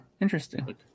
Interesting